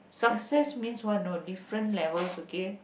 success means what know different levels okay